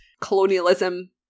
colonialism